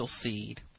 seed